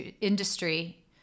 industry